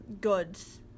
goods